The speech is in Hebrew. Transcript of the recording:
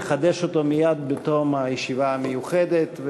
נחדש אותו מייד בתום הישיבה המיוחדת.